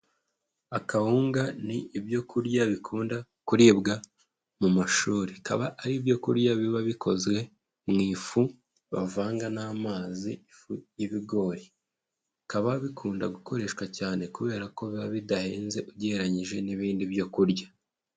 Akawunga ni ibyo kurya bikunda kuribwa mu mashuri, bikaba ari ibyo kurya biba bikozwe mu ifu bavanga n'amazi ifu y'ibigori, bikaba bikunda gukoreshwa cyane kubera ko biba bidahenze ugereranyije n'ibindi byo kurya.